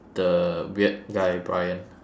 the weird guy bryan